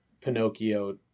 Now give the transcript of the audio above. Pinocchio